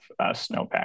snowpack